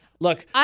Look